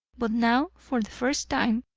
but now for the first time,